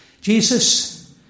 Jesus